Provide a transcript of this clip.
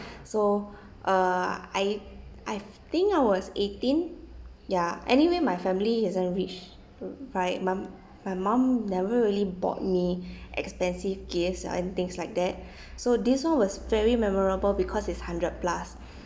so uh I I think I was eighteen ya anyway my family isn't rich my mum my mum never really bought me expensive gifts or anythings like that so this one was very memorable because it's hundred plus